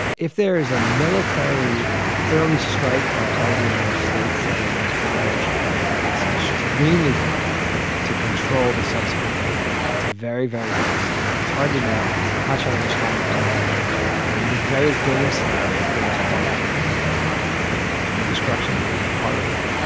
if there is a military early strike on the part of the united states, say and in korea or something like that, it's extremely difficult to control the subsequent dynamics, it's very, very worrisome. yeah it's hard to know how china responds to anything like that. and the various game scenarios that they must play out would be terrifying to imagine, the destruction would be horrific.